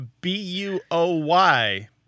B-U-O-Y